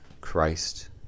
Christ